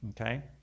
Okay